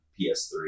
PS3